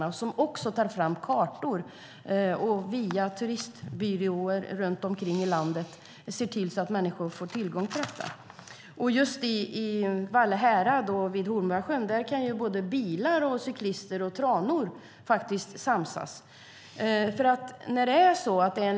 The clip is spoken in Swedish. De tar också fram kartor och ser till att människor via turistbyråer runt om i landet får tillgång till dessa cykelvägar. Just i Vallehärad och vid Hornborgasjön kan såväl bilar som cyklister och tranor samsas.